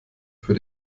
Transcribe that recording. für